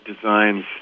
designs